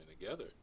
together